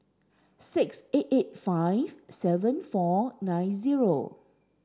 six eight eight five seven four nine zero